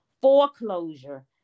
foreclosure